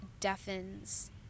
deafens